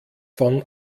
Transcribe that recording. von